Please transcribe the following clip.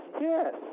yes